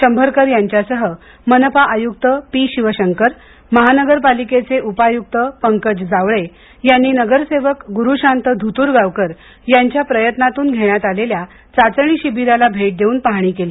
शंभरकर यांच्यासह मनपा आयुक्त पी शिवशंकर महानगरपालिकेचे उपायुक्त पंकज जावळे यांनी नगरसेवक गुरुशांत धुतुरंगावकर यांच्या प्रयत्नातून घेण्यात आलेल्या चाचणी शिबिराला भेट देवून पाहणी केली